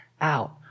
out